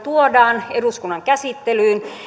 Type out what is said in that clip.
tuodaan eduskunnan käsittelyyn